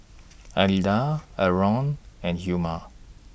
Alida Arron and Hilma